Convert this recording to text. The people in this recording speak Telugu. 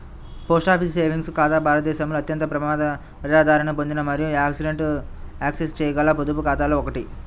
పోస్ట్ ఆఫీస్ సేవింగ్స్ ఖాతా భారతదేశంలో అత్యంత ప్రజాదరణ పొందిన మరియు యాక్సెస్ చేయగల పొదుపు ఖాతాలలో ఒకటి